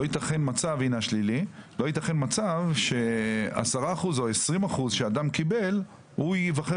לא ייתכן מצב ש-10% או 20% שאדם קיבל, הוא ייבחר